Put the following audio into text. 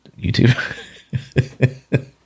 YouTube